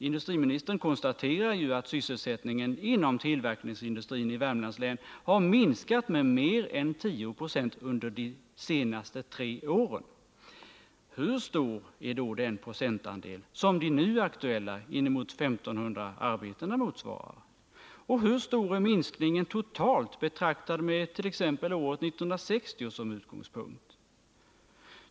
Industriministern konstaterar ju att sysselsättningen inom tillverkningsindustrin i Värmlands län har minskat med mer än 10 26 under de tre senaste åren. Hur stor är då den procentandel som de nu aktuella inemot 1 500 arbetena motsvarar? Och hur stor är minskningen totalt betraktad med t.ex. året 1960 som utgångspunkt?